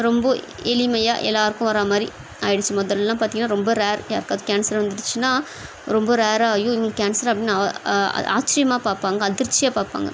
ரொம்ப எளிமையாக எல்லாருக்கும் வர்றாமாதிரி ஆயிடுச்சு முதல்லாம் பார்த்திங்கனா ரொம்ப ரேர் யாருக்காவது கேன்சர் வந்துடுச்சுன்னா ரொம்ப ரேராக ஐயோ இவங்களுக்கு கேன்சரா அப்படின்னு ஆச்சரியமாப் பார்ப்பாங்க அதிர்ச்சியாக பார்ப்பாங்க